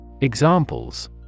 Examples